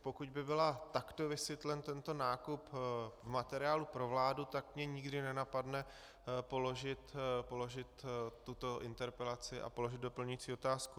Pokud by byl takto vysvětlen tento nákup v materiálu pro vládu, tak mě nikdy nenapadne položit tuto interpelaci a položit doplňující otázku.